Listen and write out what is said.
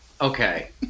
okay